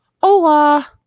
hola